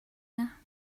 here